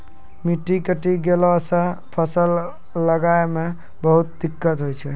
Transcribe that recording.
मिट्टी कटी गेला सॅ फसल लगाय मॅ बहुते दिक्कत होय छै